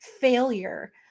failure